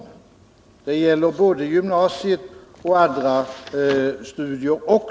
Det gäller naturligtvis både gymnasiet och andra studieformer.